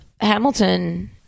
Hamilton